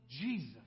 Jesus